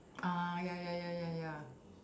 uh ya ya ya ya ya